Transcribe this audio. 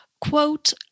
quote